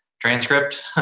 transcript